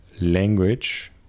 language